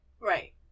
Right